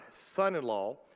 son-in-law